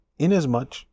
inasmuch